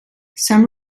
some